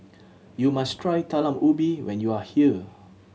you must try Talam Ubi when you are here